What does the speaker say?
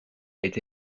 été